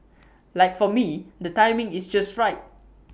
like for me the timing is just right